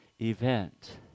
event